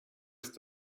ist